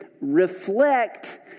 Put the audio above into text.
reflect